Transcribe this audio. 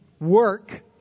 work